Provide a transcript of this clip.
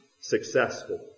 successful